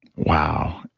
wow.